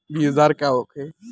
बीजदर का होखे?